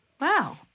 Wow